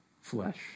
flesh